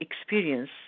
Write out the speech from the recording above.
experience